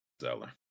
seller